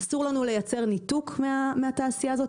אסור לנו לייצר ניתוק מהתעשייה הזו.